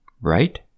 right